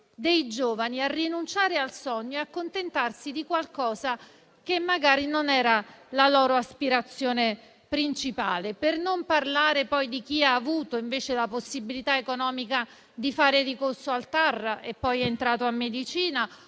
dei giovani a rinunciare al sogno e ad accontentarsi di qualcosa che magari non era la loro aspirazione principale. Per non parlare poi di chi ha avuto invece la possibilità economica di fare ricorso al TAR e poi è entrato a medicina,